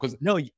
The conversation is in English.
No